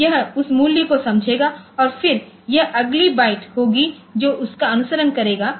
तो यह उस मूल्य को समझेगा और फिर यह अगली बाइट होगी जो इसका अनुसरण करेगा